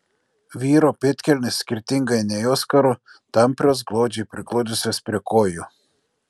vyro pėdkelnės skirtingai nei oskaro tamprios glaudžiai prigludusios prie kojų